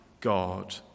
God